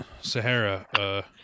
Sahara